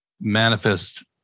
manifest